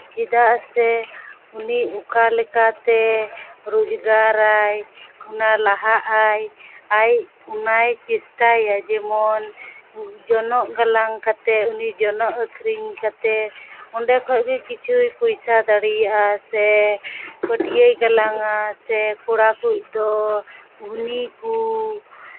ᱪᱮᱫᱟᱜ ᱥᱮ ᱩᱱᱤ ᱚᱠᱟ ᱞᱮᱠᱟᱛᱮ ᱨᱳᱡᱽᱜᱟᱨ ᱟᱭ ᱚᱱᱟ ᱞᱟᱦᱟᱜ ᱟᱭ ᱟᱡ ᱚᱱᱟᱭ ᱪᱮᱥᱴᱟᱭᱟ ᱡᱮᱢᱚᱱ ᱡᱚᱱᱚᱜ ᱜᱟᱞᱟᱝ ᱠᱟᱛᱮᱫ ᱩᱱᱤ ᱡᱚᱱᱚᱜ ᱟᱹᱠᱷᱨᱤᱧ ᱠᱟᱛᱮᱫ ᱚᱸᱰᱮ ᱠᱷᱚᱱ ᱜᱮ ᱠᱤᱪᱷᱩᱭ ᱯᱚᱭᱥᱟ ᱫᱟᱲᱮᱭᱟᱜᱼᱟ ᱥᱮ ᱯᱟᱹᱴᱭᱟᱹᱭ ᱜᱟᱞᱟᱝᱼᱟ ᱥᱮ ᱠᱚᱲᱟ ᱠᱚ ᱫᱚ ᱜᱷᱩᱱᱤ ᱠᱚ